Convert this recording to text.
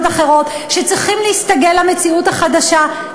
אחרות וצריכים להסתגל למציאות החדשה,